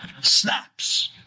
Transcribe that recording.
snaps